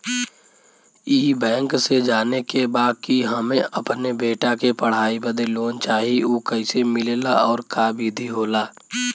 ई बैंक से जाने के बा की हमे अपने बेटा के पढ़ाई बदे लोन चाही ऊ कैसे मिलेला और का विधि होला?